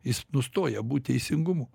jis nustoja būt teisingumu